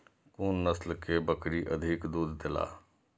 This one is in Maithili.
कुन नस्ल के बकरी अधिक दूध देला?